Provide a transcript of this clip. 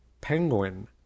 penguin